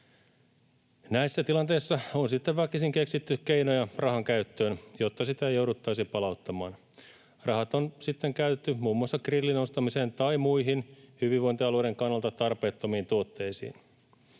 Näissä tilanteissa on sitten väkisin keksitty keinoja rahan käyttöön, jotta sitä ei jouduttaisi palauttamaan. Rahat on sitten käytetty muun muassa grillin ostamiseen tai muihin hyvinvointialueiden kannalta tarpeettomiin tuotteisiin.